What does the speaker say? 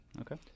Okay